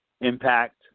impact